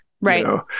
Right